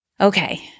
Okay